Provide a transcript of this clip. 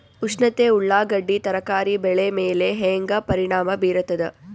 ಉಷ್ಣತೆ ಉಳ್ಳಾಗಡ್ಡಿ ತರಕಾರಿ ಬೆಳೆ ಮೇಲೆ ಹೇಂಗ ಪರಿಣಾಮ ಬೀರತದ?